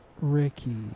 Ricky